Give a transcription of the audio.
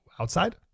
outside